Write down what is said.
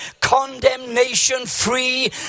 condemnation-free